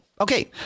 okay